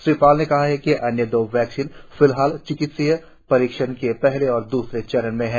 Shri Paul ने कहा कि अन्य दो वैक्सीन फिलहाल चिकित्सकीय परीक्षण के पहले और दूसरे चरण में हैं